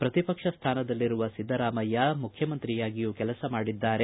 ಪ್ರತಿಪಕ್ಷ ಸ್ಥಾನದಲ್ಲಿರುವ ಸಿದ್ದರಾಮಯ್ಯ ಅವರು ಮುಖ್ಯಮಂತ್ರಿಯಾಗಿಯೂ ಕೆಲಸ ಮಾಡಿದ್ದಾರೆ